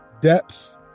depth